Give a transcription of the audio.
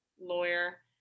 lawyer